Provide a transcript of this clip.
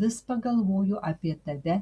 vis pagalvoju apie tave